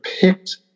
picked